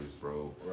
bro